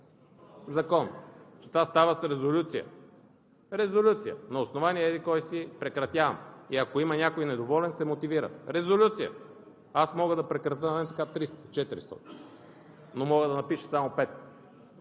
закон, че това става с резолюция – резолюция: на основание член еди-кой си прекратявам. Ако има някой недоволен, се мотивира. Резолюция! Аз мога да прекратя така 300, 400, но мога да напиша само